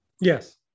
Yes